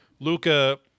Luca